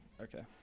Okay